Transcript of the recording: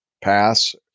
pass